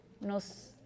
nos